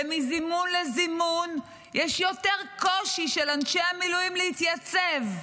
ומזימון לזימון יש יותר קושי לאנשי המילואים להתייצב.